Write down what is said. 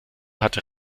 hatte